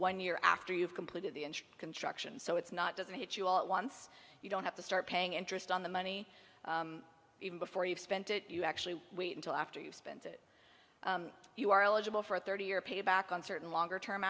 one year after you've completed the construction so it's not doesn't hit you all at once you don't have to start paying interest on the money even before you've spent it you actually wait until after you've spent it you are eligible for a thirty year payback on certain longer term